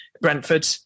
Brentford